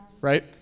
right